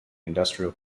industrial